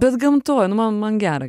bet gamtoj nu man man gera